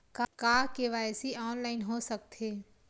का KYC online हो सकथे?